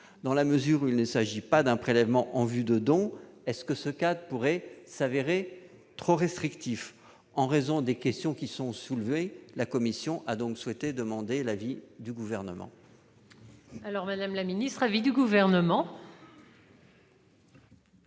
Dans la mesure où il ne s'agit pas d'un prélèvement « en vue de don », est-ce que ce cadre pourrait s'avérer trop restrictif ? En raison des questions soulevées, la commission souhaite entendre l'avis du Gouvernement. Quel est l'avis du Gouvernement